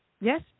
Yes